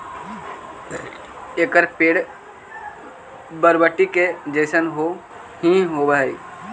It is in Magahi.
एकर पेड़ बरबटी के जईसन हीं होब हई